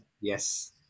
Yes